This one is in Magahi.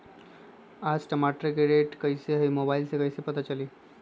आज टमाटर के रेट कईसे हैं मोबाईल से कईसे पता चली?